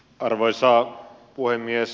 arvoisa puhemies